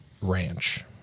ranch